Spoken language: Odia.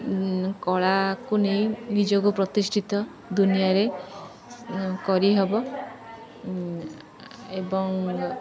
କଳାକୁ ନେଇ ନିଜକୁ ପ୍ରତିଷ୍ଠିତ ଦୁନିଆରେ କରିହେବ ଏବଂ